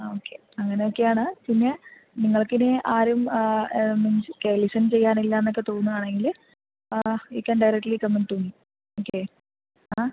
ആ ഓക്കെ അങ്ങനെയൊക്കെയാണ് പിന്നെ നിങ്ങൾക്കിനി ആരും ലിസൺ ചെയ്യാൻ ഇല്ലയെന്നൊക്കെ തോന്നുകയാണെങ്കിൽ you can directly come in to me okay uh